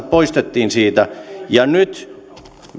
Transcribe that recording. poistettiin suomessa siitä nyt